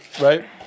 right